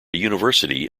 university